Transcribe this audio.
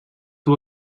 duu